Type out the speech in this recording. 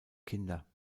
kinder